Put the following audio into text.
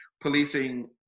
policing